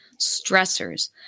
stressors